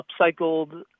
upcycled